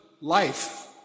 life